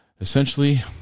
essentially